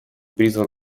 призван